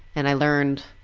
and i learned